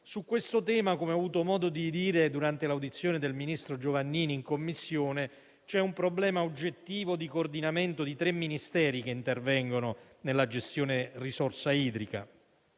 Su questo tema, come ho avuto modo di dire durante l'audizione del ministro Giovannini in Commissione, c'è un problema oggettivo di coordinamento di tre Ministeri che intervengono nella gestione risorsa idrica: